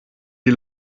die